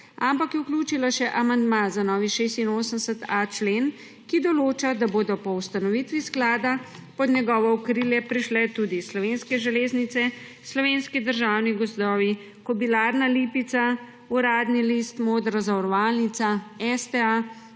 ampak je vključila še amandma za novi 86a. člen, ki določa, da bodo po ustanovitvi sklada pod njegovo okrilje prišle tudi Slovenske železnice, Slovenski državni gozdovi, Kobilarna Lipica, Uradni list, Modra zavarovalnica, STA,